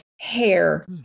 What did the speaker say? hair